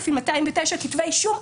במהלכה כ-6,209 כתבי אישום.